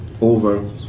Over